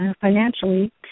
financially